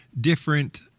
different